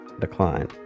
decline